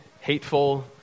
hateful